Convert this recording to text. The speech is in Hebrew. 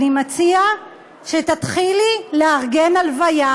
אני מציע שתתחילי לארגן הלוויה.